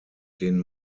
den